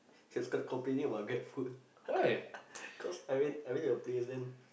he was like complaining about grabfood cause I went I went to the place and then